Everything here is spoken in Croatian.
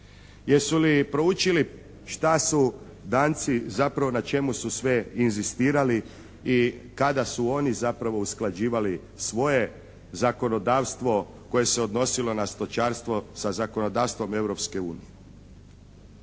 Jesu li proučili šta su Danci zapravo na čemu su sve inzistirali i kada su oni zapravo usklađivali svoje zakonodavstvo koje se odnosilo na stočarstvo sa zakonodavstvom